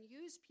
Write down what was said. use